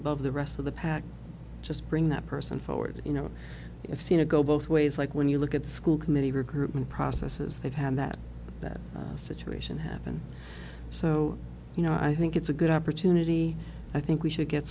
above the rest of the pack just bring that person forward you know if seen to go both ways like when you look at the school committee recruitment processes they've had that that situation happened so you know i think it's a good opportunity i think we should get